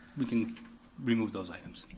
we can remove those items.